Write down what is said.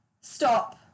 stop